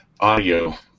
audio